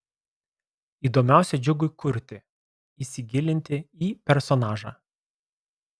įdomiausia džiugui kurti įsigilinti į personažą